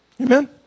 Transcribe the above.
Amen